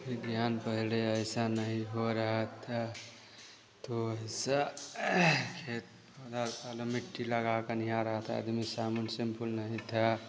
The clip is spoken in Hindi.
विज्ञान पहले ऐसा नहीं हो रहा था तो ऐसा मिट्टी लगा कर नहा रहा था आदमी साबुन सेम्पुल नहीं था